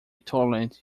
tolerant